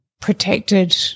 protected